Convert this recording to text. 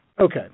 Okay